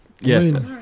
Yes